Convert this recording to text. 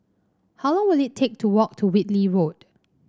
how long will it take to walk to Whitley Road